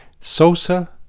Sosa